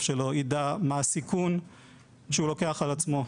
שלו ידע מהו הסיכון שהוא לוקח על עצמו.